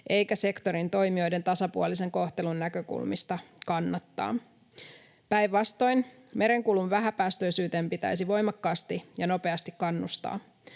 eikä sektorin toimijoiden tasapuolisen kohtelun näkökulmista kannattaa. Päinvastoin, merenkulun vähäpäästöisyyteen pitäisi voimakkaasti ja nopeasti kannustaa.